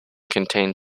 contain